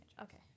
okay